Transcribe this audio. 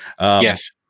Yes